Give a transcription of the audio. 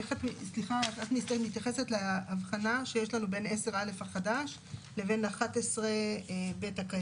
איך את מתייחסת להבחנה שיש לנו בין 10א החדש לבין 11(ב) הקיים.